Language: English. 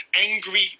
angry